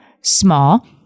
small